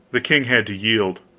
the king had to yield.